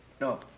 No